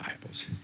Bibles